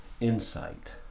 insight